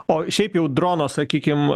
o šiaip jau drono sakykim